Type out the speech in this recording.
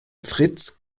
fritz